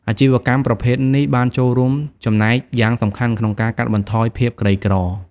អាជីវកម្មប្រភេទនេះបានចូលរួមចំណែកយ៉ាងសំខាន់ក្នុងការកាត់បន្ថយភាពក្រីក្រ។